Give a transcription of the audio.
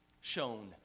shown